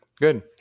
Good